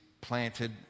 planted